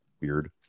weird